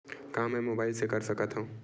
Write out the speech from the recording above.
का मै मोबाइल ले कर सकत हव?